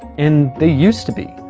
and they used to be.